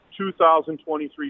2023